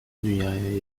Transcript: dünyaya